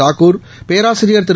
தாக்கூர் பேராசிரியர் திரு